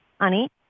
honey